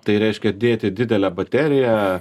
tai reiškia dėti didelę bateriją